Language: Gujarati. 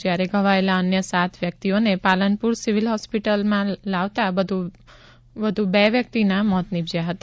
જ્યારે ઘવાયેલા અન્ય સાત વ્યક્તિઓને પાલનપુર સીવીલ હોસ્પિટલમાં લાવતા વધુ બે વ્યક્તિના મોત નીપજ્યા હતા